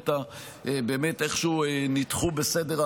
שהעלית באמת איכשהו ירדו בסדר העדיפויות.